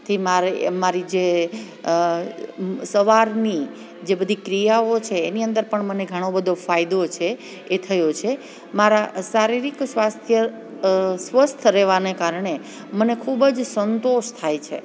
થી મારે મારી જે સવારની જે બધી ક્રિયાઓ છે એની અંદર પણ મને ઘણો બધો ફાયદો છે એ થયો છે મારા શારીરિક સ્વાસ્થ્ય સ્વસ્થ રહેવાને કારણે મને ખૂબજ સંતોષ થાય છે